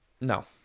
No